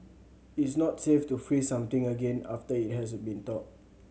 it's not safe to freeze something again after it has been thawed